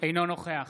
אינו נוכח